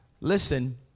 Listen